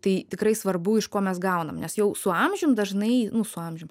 tai tikrai svarbu iš ko mes gaunam nes jau su amžium dažnai nu su amžium